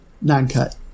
Non-cut